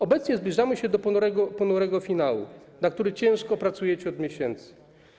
Obecnie zbliżamy się do ponurego finału, na który ciężko pracujecie od miesięcy.